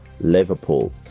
liverpool